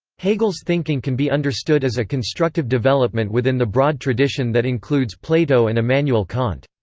hegel's thinking can be understood as a constructive development within the broad tradition that includes plato and immanuel kant.